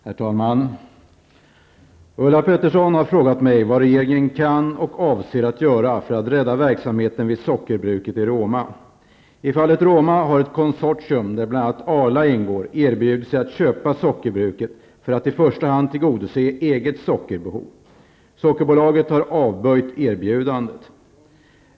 Herr talman! Ulla Pettersson har frågat mig vad regeringen kan och avser att göra för att rädda verksamheten vid sockerbruket i Roma. I fallet Roma har ett konsortium, där bl.a. Arla ingår, erbjudit sig att köpa sockerbruket för att i första hand tillgodose eget sockerbehov. Sockerbolaget har avböjt erbjudandet.